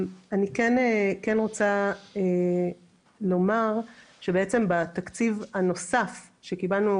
אני כן רוצה לומר שבתקציב הנוסף שקיבלנו